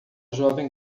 jovem